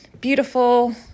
beautiful